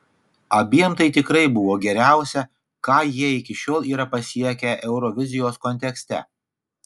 abiem tai tikrai buvo geriausia ką jie iki šiol yra pasiekę eurovizijos kontekste